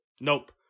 Nope